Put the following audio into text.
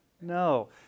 No